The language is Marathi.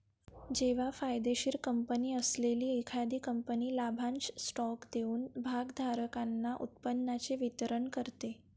जेव्हा फायदेशीर कंपनी असलेली एखादी कंपनी लाभांश स्टॉक देऊन भागधारकांना उत्पन्नाचे वितरण करते